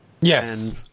Yes